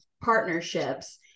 partnerships